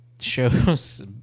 shows